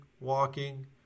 walking